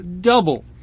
double